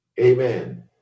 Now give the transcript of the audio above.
Amen